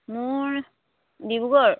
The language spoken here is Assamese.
মোৰ ডিব্ৰুগড়